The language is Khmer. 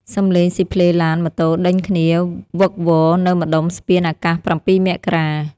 សំឡេងស៊ីផ្លេឡានម៉ូតូដេញគ្នាវឹកវរនៅម្ដុំស្ពានអាកាស ៧ មករា។